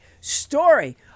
story